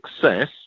success